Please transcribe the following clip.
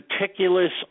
meticulous